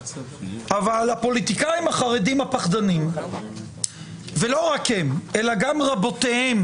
אבל הפוליטיקאים החרדים הפחדנים וגם רבותיהם